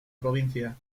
provincia